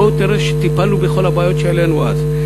בוא תראה שטיפלנו בכל הבעיות שהעלינו אז.